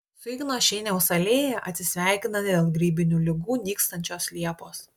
su igno šeiniaus alėja atsisveikina dėl grybinių ligų nykstančios liepos